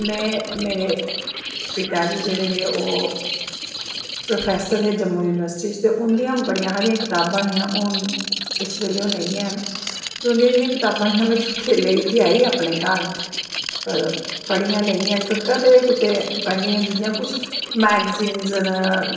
मेरे पिता जी जेह्ड़े हे ओह् प्रोफैसर हे जम्मू युनिवर्सिटी च दे उंदियां बड़ियां सारियां कताबां हियां ते ओह् इस बेल्ले नेंई हैन उंदियां जेह्ड़ियां कताबां हियां में चुक्कियै लेी ते आई अपनें घर पढ़ियां नेंई हैन कदैं कुदै कुश मैगज़िनज़ न